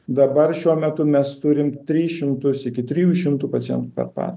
dabar šiuo metu mes turim tris šimtus iki trijų šimtų pacientų per parą